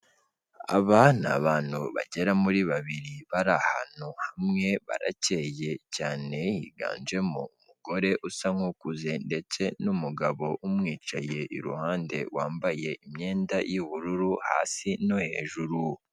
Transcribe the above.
Aba ni abantu bagera muri babiri bari ahantu hamwe barakeye cyane, higanjemo umugore usa nk'ukuze ndetse n'umugabo umwicaye iruhande wambaye imyenda y'ubururu hasi no hejuru.